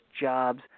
jobs